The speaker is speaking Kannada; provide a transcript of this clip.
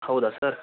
ಹೌದಾ ಸರ್